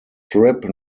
strip